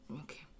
Okay